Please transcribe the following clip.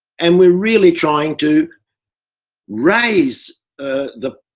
and, we're really trying to raise the